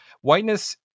whiteness